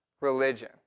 religion